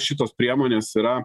šitos priemonės yra